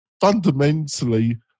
Fundamentally